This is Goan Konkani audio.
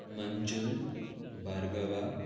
मंजूल बार्गवा